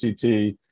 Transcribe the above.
CT